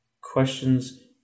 Questions